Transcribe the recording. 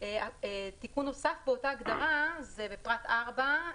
תיקון נוסף באותה הגדרה זה בפרט (4):